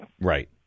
Right